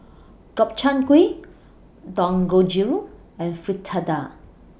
Gobchang Gui Dangojiru and Fritada